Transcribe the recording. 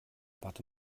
warte